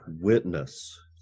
witness